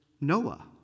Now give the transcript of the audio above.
Noah